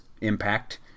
Impact